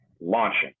launching